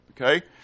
okay